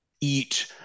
eat